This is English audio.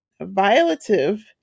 violative